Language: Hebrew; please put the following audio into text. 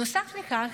נוסף לכך,